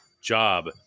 job